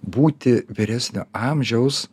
būti vyresnio amžiaus